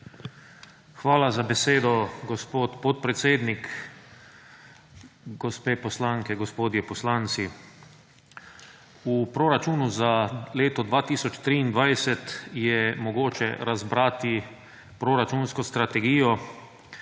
Hvala za besedo, gospod podpredsednik. Gospe poslanke, gospodje poslanci! V proračunu za leto 2023 je mogoče razbrati proračunsko strategijo,